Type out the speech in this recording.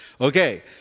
okay